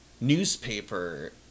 newspaper